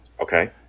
Okay